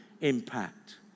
impact